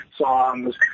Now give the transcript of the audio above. songs